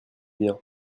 vient